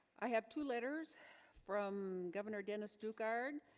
i have two letters from governor dennis do card